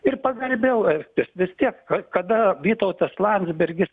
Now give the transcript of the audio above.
ir pagarbiau elgtis vis tiek ka kada vytautas landsbergis